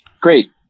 Great